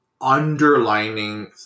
underlining